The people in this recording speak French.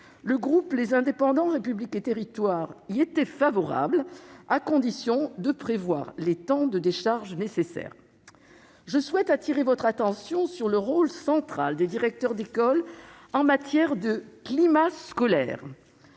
Le groupe Les Indépendants - République et Territoires y était favorable, à condition de prévoir les temps de décharge nécessaires. Je souhaite attirer votre attention sur le rôle central des directeurs d'école en matière de climat scolaire